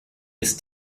ist